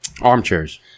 armchairs